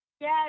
Yes